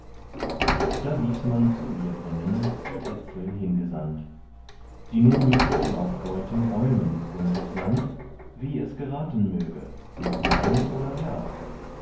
da ließ man zu ihr bringen die etzel hingesandt die nun mit urlaub wollten räumen gunthers land wie es geraten möge mit nein oder ja